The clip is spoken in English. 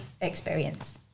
experience